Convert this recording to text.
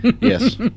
yes